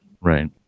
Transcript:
right